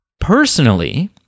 Personally